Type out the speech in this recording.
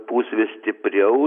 pūs vis stipriau